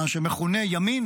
מה שמכונה ימין